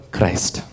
Christ